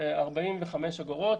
45 אגורות.